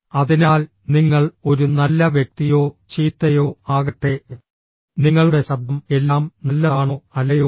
അതിനാൽ നിങ്ങൾ ഒരു നല്ല വ്യക്തിയോ ചീത്തയോ ആകട്ടെ നിങ്ങളുടെ ശബ്ദം എല്ലാം നല്ലതാണോ അല്ലയോ എ